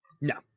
No